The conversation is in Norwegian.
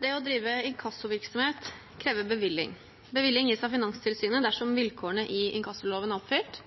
Det å drive inkassovirksomhet krever bevilling. Bevilling gis av Finanstilsynet dersom vilkårene i inkassoloven er oppfylt.